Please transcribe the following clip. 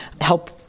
help